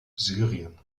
syrien